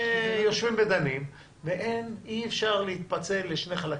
ויושבים ודנים, ואין, אי-אפשר להתפצל לשני חלקים.